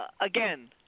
again